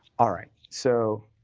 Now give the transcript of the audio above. all right, so